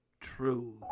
true